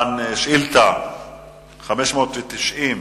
שאילתא 590,